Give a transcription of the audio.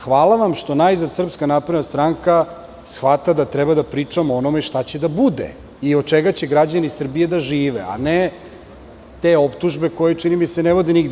Hvala vam što najzad SNS shvata da treba da pričamo o onome šta će da bude i od čega će građani Srbije da žive, a ne te optužbe koje, čini mi se, ne vode nigde.